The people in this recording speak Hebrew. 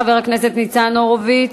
חבר הכנסת ניצן הורוביץ,